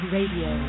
Radio